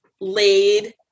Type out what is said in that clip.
laid